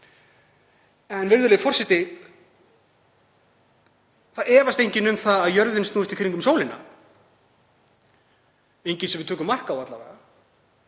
En virðulegi forseti. Það efast enginn um að jörðin snúist í kringum sólina, enginn sem við tökum mark á alla vega.